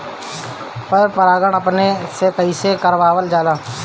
पर परागण अपने से कइसे करावल जाला?